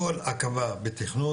כל עכבה בתכנון,